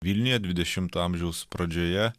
vilniuje dvidešimo amžiaus pradžioje